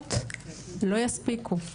יפות לא יספיקו,